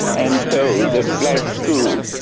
and so the black school,